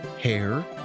hair